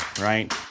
right